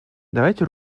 давайте